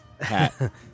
hat